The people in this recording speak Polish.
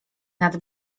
nad